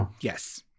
Yes